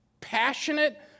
passionate